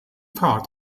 part